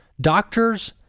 doctors